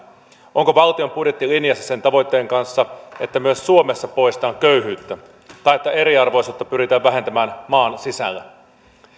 onko valtion budjetti linjassa sen tavoitteen kanssa että myös suomessa poistetaan köyhyyttä tai että eriarvoisuutta pyritään vähentämään maan sisällä